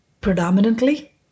predominantly